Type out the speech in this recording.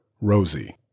Rosie